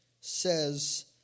says